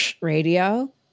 radio